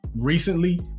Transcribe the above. recently